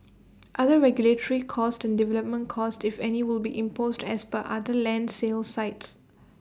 other regulatory costs and development costs if any will be imposed as per other land sales sites